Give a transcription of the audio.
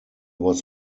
was